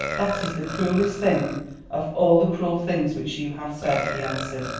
that is the cruellest thing of all the cruel things which you have said, he answered.